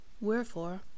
Wherefore